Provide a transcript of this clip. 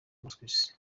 marquis